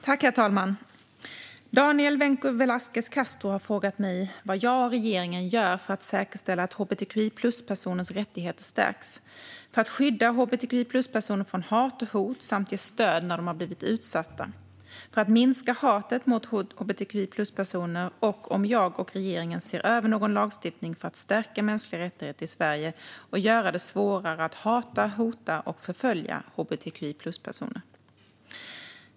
Herr talman! Daniel Vencu Velasquez Castro har frågat mig vad jag och regeringen gör för att säkerställa att hbtqi-plus-personers rättigheter stärks, för att skydda hbtqi-plus-personer från hat och hot samt ge stöd när de blivit utsatta, för att minska hatet mot hbtqi-plus-personer och om jag och regeringen ser över någon lagstiftning för att stärka mänskliga rättigheter i Sverige och göra det svårare att hata, hota och förfölja hbtqi-plus-personer.